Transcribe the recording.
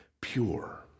pure